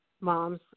moms